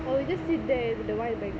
oh you just sit there in the white background